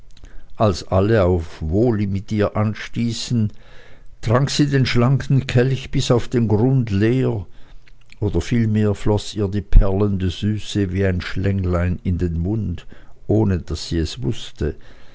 als alle auf ihr wohl mit ihr anstießen trank sie den schlanken kelch bis auf den grund leer oder vielmehr floß ihr die perlende süße wie ein schlänglein in den mund ohne daß sie es wußte